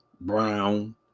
brown